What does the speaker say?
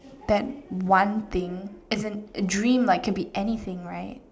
that one thing as in a dream can be anything right